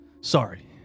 Sorry